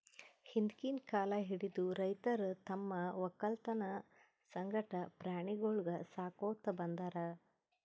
ಹಿಂದ್ಕಿನ್ ಕಾಲ್ ಹಿಡದು ರೈತರ್ ತಮ್ಮ್ ವಕ್ಕಲತನ್ ಸಂಗಟ ಪ್ರಾಣಿಗೊಳಿಗ್ ಸಾಕೋತ್ ಬಂದಾರ್